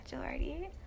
already